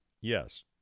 Yes